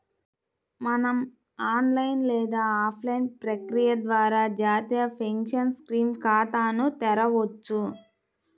మనం ఆన్లైన్ లేదా ఆఫ్లైన్ ప్రక్రియ ద్వారా జాతీయ పెన్షన్ స్కీమ్ ఖాతాను తెరవొచ్చు